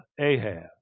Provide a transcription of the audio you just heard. Ahab